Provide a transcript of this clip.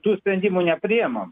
tų sprendimų nepriimam